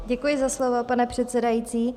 Děkuji za slovo, pane předsedající.